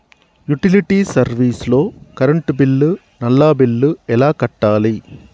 Utility service లో current bill, నల్లా bill ఎలా కట్టాలి?